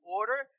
order